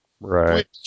right